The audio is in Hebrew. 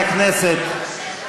הכנסת ------ חברי הכנסת,